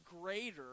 greater